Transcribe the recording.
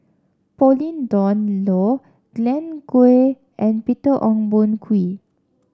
Pauline Dawn Loh Glen Goei and Peter Ong Boon Kwee